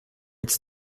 its